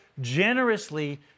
generously